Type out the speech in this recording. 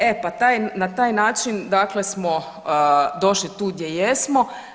E pa na daj način dakle smo došli tu gdje jesmo.